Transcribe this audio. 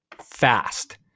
fast